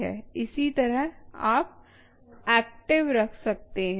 इसी तरह आप एक्टिव रख सकते हैं